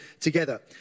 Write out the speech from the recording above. together